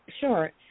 sure